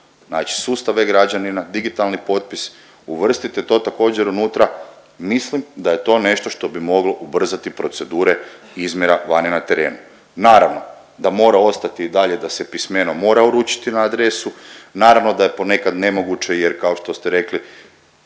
znači sustav e-Građanina, digitalni potpis uvrstite to također unutra, mislim da je to nešto što bi moglo ubrzati procedure izmjera vani na terenu. Naravno da mora ostati i dalje da se pismeno mora uručiti na adresu, naravno da je ponekad nemoguće jer kao što ste rekli